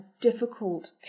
difficult